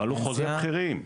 אבל הוא חוזה בכירים.